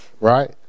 right